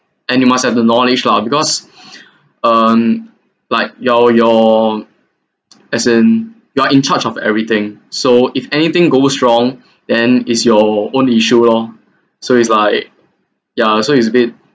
and you must have the knowledge lah because um like your your as in you are in charge of everything so if anything goes wrong then is your own issue lor so it's like yeah so it's a bit